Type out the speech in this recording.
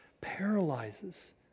paralyzes